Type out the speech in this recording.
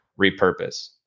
repurpose